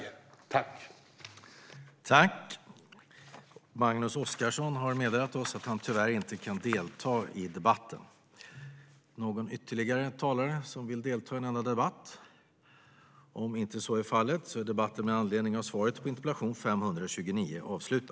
Då Magnus Oscarsson, som framställt interpellationen, anmält att han var förhindrad att närvara vid sammanträdet förklarade talmannen överläggningen avslutad.